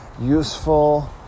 useful